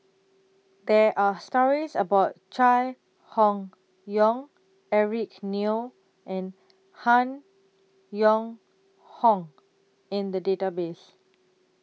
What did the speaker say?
There Are stories about Chai Hon Yoong Eric Neo and Han Yong Hong in The Database